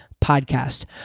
Podcast